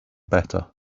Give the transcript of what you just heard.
better